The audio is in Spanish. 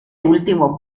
último